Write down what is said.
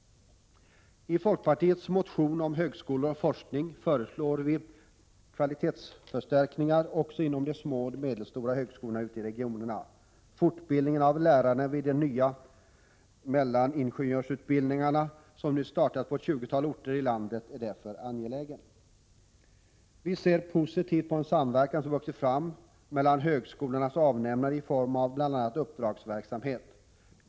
I folkpartiets motion om högskolor och forskning föreslår vi kvalitetsförstärkningar också inom de små och medelstora högskolorna ute i regionerna. Fortbildningen av lärare vid de nya mellaningenjörsutbildningarna, som nu startas på tjugotalet orter i landet, är därför angelägen. Vi ser positivt på en samverkan som har vuxit fram mellan högskolornas avnämare i form av bl.a. uppdragsverksamhet.